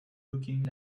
looking